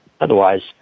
Otherwise